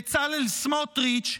בצלאל סמוטריץ',